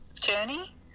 journey